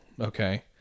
Okay